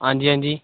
आं जी आं जी